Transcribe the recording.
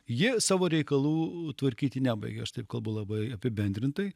jie savo reikalų tvarkyti nebaigė aš taip kalba labai apibendrintai